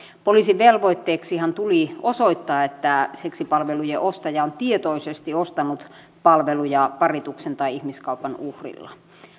poliisin velvoitteeksihan tuli osoittaa että seksipalvelujen ostaja on tietoisesti ostanut palveluja parituksen tai ihmiskaupan uhrilta